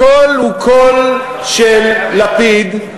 הקול הוא הקול של לפיד,